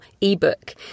ebook